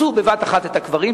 הרסו בבת-אחת את הקברים,